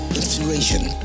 inspiration